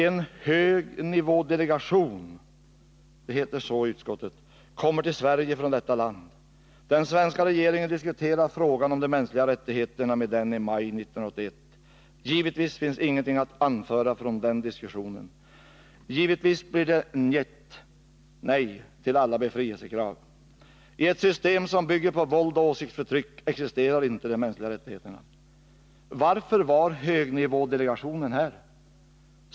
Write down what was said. En ”högnivådelegation” — som det heter i utskottets betänkande — kommer till Sverige från detta land. Den svenska regeringen diskuterar frågan om de mänskliga rättigheterna med denna delegation i maj 1981. Givetvis finns ingenting att anföra från den diskussionen. Givetvis blir det njet till alla befrielsekrav. I ett system som bygger på våld och åsiktsförtryck existerar inte de mänskliga rättigheterna. Varför var högnivådelegationen här?